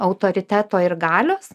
autoriteto ir galios